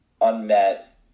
unmet